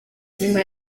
nyuma